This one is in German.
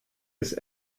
ist